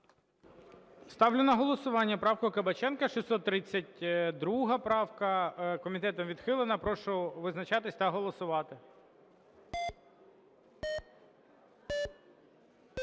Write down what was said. Ставлю на голосування правку Кабаченка, 632 правка. Комітетом відхилена. Прошу визначатися та голосувати.